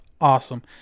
awesome